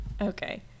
okay